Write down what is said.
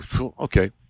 Okay